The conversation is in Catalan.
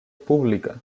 pública